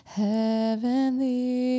heavenly